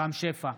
רם שפע,